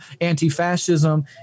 anti-fascism